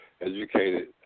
educated